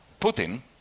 Putin